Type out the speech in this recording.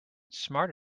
smart